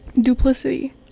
duplicity